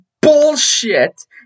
bullshit